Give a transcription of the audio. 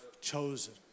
chosen